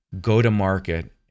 go-to-market